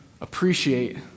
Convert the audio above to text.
appreciate